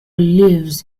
lives